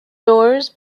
doors